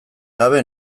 gabe